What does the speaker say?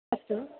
अस्तु